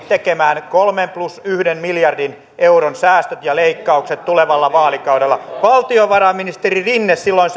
tekemään kolme plus yhden miljardin euron säästöt ja leikkaukset tulevalla vaalikaudella valtiovarainministeri rinne silloin